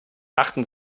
achten